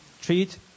treat